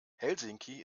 helsinki